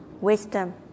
wisdom